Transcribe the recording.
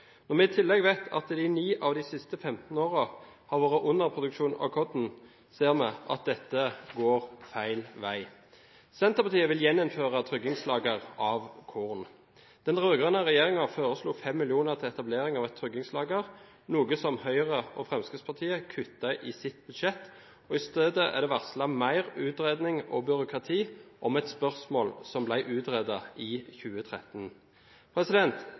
tillegg vet at det i 9 av de siste 15 årene har vært underproduksjon av korn, ser vi at dette går feil vei. Senterpartiet vil gjeninnføre beredskapslagre av korn. Den rød-grønne regjeringen foreslo 5 mill. kr til etablering av et beredskapslager, noe som Høyre og Fremskrittspartiet kuttet i sitt budsjett, og i stedet er det varslet mer utredning og byråkrati om et spørsmål som ble utredet i 2013.